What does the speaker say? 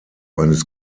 eines